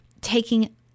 taking